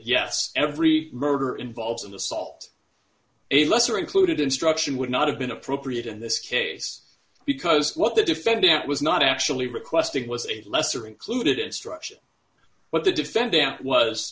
yes every murder involves an assault a lesser included instruction would not have been appropriate in this case because what the defendant was not actually requesting was a lesser included instruction what the defendant was